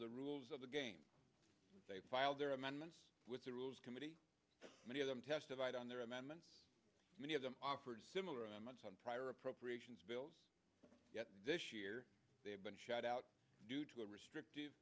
the rules of the game they filed their amendments with the rules committee many of them testified on their amendments many of them offered similar amounts on prior appropriations bills yet this year they have been shut out due to a restrictive